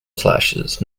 slashes